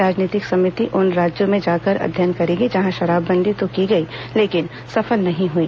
राजनीतिक समिति उन राज्यों में जाकर अध्ययन करेगी जहां शराबबंदी तो की गई लेकिन सफल नहीं हई